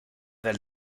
del